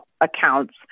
accounts